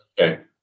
okay